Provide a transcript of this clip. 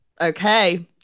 Okay